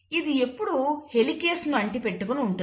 ఇది ఎప్పుడూ హెలికేస్ ను అంటిపెట్టుకుని ఉంటుంది